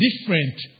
different